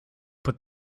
but